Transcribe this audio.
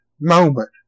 moment